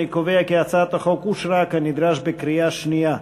אני קובע כי הצעת החוק אושרה כנדרש בקריאה השנייה.